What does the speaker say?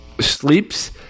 sleeps